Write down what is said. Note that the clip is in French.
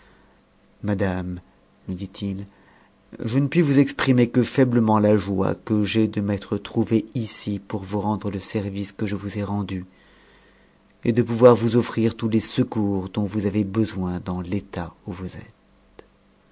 madame lui dit-il je ne puis vous exprimer que faiblement la joie que j'ai de m'être trouvé if pour vous rendre le service que je vous ai rendu et de pouvoir vo offrir tous les secours dont vous avez besoin dans état où vous êtes